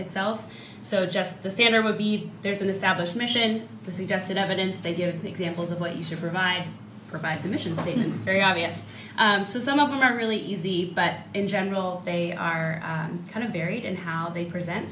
itself so just the standard movie there's an established mission suggested evidence they give the examples of what you should provide provide the mission statement very obvious some of them are really easy but in general they are kind of buried and how they present